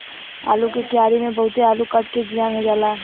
आलू के क्यारी में बहुते आलू कट के जियान हो जाला